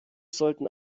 sollten